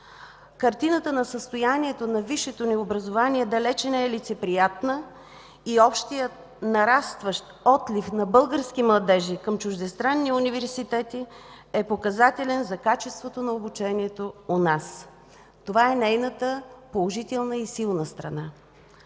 Картината на състоянието на висшето ни образование далеч не е лицеприятна и общият нарастващ отлив на български младежи към чуждестранни университети е показателен за качеството на обучението у нас. Това е нейната положителна и силна страна.